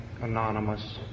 Anonymous